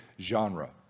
genre